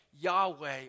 Yahweh